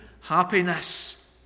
happiness